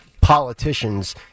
politicians